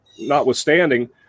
notwithstanding